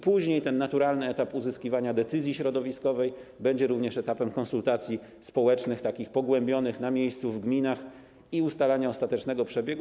Później ten naturalny etap uzyskiwania decyzji środowiskowej będzie również etapem konsultacji społecznych, takich pogłębionych, na miejscu, w gminach, i ustalania ostatecznego przebiegu.